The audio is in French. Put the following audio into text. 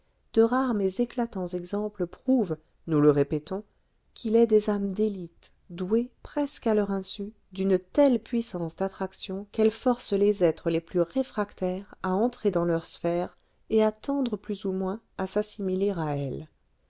de rares mais éclatants exemples prouvent nous le répétons qu'il est des âmes d'élite douées presque à leur insu d'une telle puissance d'attraction qu'elles forcent les êtres les plus réfractaires à entrer dans leur sphère et à tendre plus ou moins à s'assimiler à elles